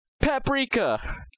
Paprika